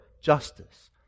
justice